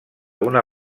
una